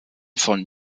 von